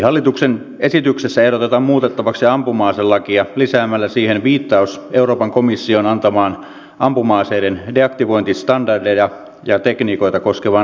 hallituksen esityksessä ehdotetaan muutettavaksi ampuma aselakia lisäämällä siihen viittaus euroopan komission antamaan ampuma aseiden deaktivointistandardeja ja tekniikoita koskevaan asetukseen